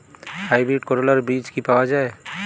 Hybrid করলার বীজ কি পাওয়া যায়?